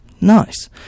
Nice